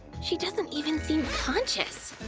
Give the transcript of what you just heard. she doesn't even seem conscious!